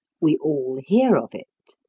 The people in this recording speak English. we all hear of it.